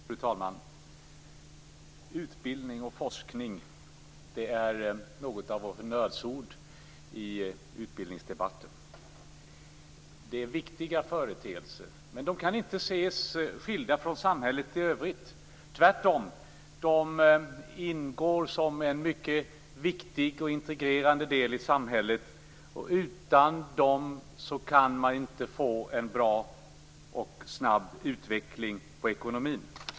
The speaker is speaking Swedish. Fru talman! Utbildning och forskning är något av honnörsord i utbildningsdebatten. Det är viktiga företeelser men de kan inte ses skilda från samhället i övrigt. Tvärtom ingår de som en mycket viktig och integrerande del i samhället. Utan dem kan man inte få en bra och snabb utveckling i ekonomin.